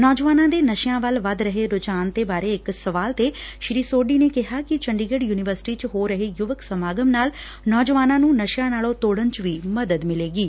ਨੌਜਵਾਨਾ ਦੇ ਨਸ਼ਿਆ ਵੱਲ ਵਧ ਰਹੇ ਰੁਝਾਨ ਬਾਰੇ ਇਕ ਸਵਾਲ ਤੇ ਸ੍ਰੀ ਸੋਢੀ ਨੇ ਕਿਹਾ ਕਿ ਚੰਡੀਗੜੁ ਯੁਨੀਵਰਸਿਟੀ ਚ ਹੋ ਰਹੇ ਯੁਵਕ ਸਮਾਗਮ ਨਾਲ ਨੌਜਵਾਨਾਂ ਨੁੰ ਨਸ਼ਿਆਂ ਨਾਲੋਂ ਤੋੜਣ ਚ ਵੀ ਮਦਦ ਮਿਲੇਗੀ